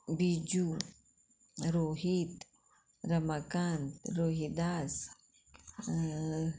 Biju Rohit Ramakant Rohidas